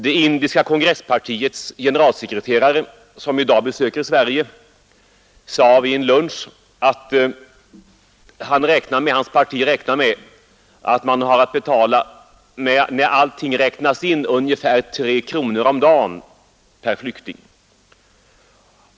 Det indiska kongresspartiets generalsekreterare, som i dag besöker Sverige, sade vid en lunch att hans parti räknar med att man har att betala, när allting räknas in, ungefär tre kronor om dagen per flykting.